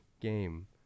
game